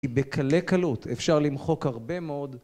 בקלי קלות, אפשר למחוק הרבה מאוד.